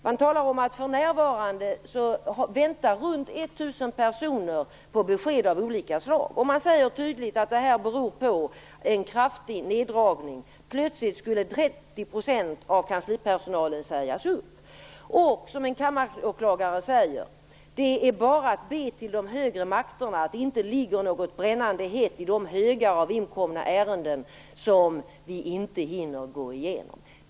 Man talar om att runt 1 000 personer för närvarande väntar på besked av olika slag. Man säger tydligt att det beror på en kraftig neddragning. Plötsligt skulle 30 % av kanslipersonalen sägas upp. En kammaråklagare säger att det bara är att be till de högre makterna att det inte ligger något brännande hett i de högar av inkomna ärenden som man inte hinner gå igenom.